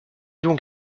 donc